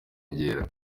kwiyongera